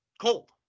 cold